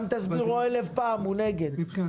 גם אם תסביר לו אלף פעמים הוא נגד.